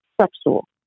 sexual